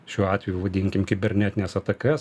šiuo atveju vadinkim kibernetines atakas